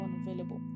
unavailable